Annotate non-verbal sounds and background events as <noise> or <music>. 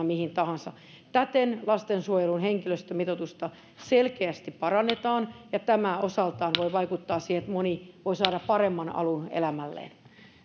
<unintelligible> mihin tahansa täten lastensuojelun henkilöstömitoitusta selkeästi parannetaan ja tämä osaltaan voi vaikuttaa siihen että moni voi saada paremman alun elämälleen